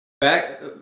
back